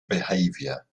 behaviour